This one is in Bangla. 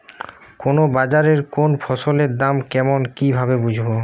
কোন বাজারে কোন ফসলের দাম কেমন কি ভাবে বুঝব?